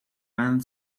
band